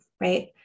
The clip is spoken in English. right